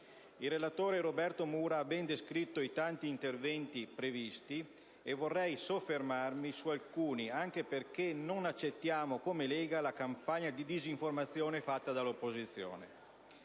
Il relatore, senatore Mura, ha ben descritto i tanti interventi previsti; vorrei soffermarmi su alcuni anche perché non accettiamo come Lega la campagna di disinformazione fatta dall'opposizione.